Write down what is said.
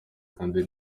kandi